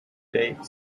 date